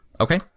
Okay